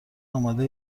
آماده